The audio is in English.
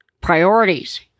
Priorities